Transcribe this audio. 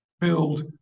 build